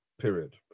period